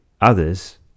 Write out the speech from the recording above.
others